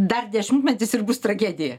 dar dešimtmetis ir bus tragedija